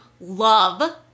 love